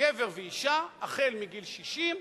גבר ואשה, מגיל 60,